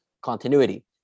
continuity